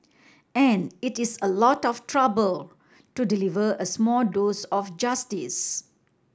and it is a lot of trouble to deliver a small dose of justice